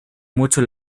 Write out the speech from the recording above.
mucho